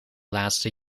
laatste